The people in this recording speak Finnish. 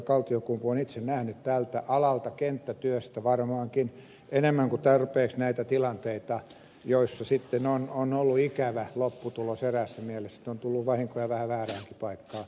kaltiokumpu on itse nähnyt tältä alalta kenttätyöstä varmaankin enemmän kuin tarpeeksi näitä tilanteita joissa sitten on ollut ikävä lopputulos eräässä mielessä että on tullut vahinkoja vähän vääräänkin paikkaan